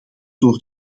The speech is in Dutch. door